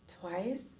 twice